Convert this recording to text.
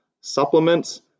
Supplements